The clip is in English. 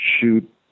shoot